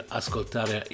ascoltare